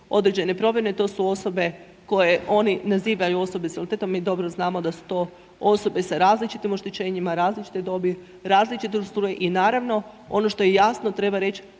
određene promjene, to su osobe koje oni nazivaju osobe s invaliditetom, mi dobro znamo da su to osobe sa različitim oštećenjima, različite dobi, različite .../Govornik se ne razumije./... i naravno ono što je jasno, treba reći